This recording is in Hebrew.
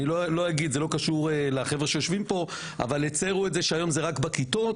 זה לא קשור לחברה שיושבים פה אבל הצרו את זה שהיום זה רק בכיתות,